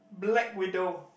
black widow